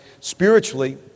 spiritually